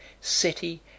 city